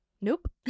Nope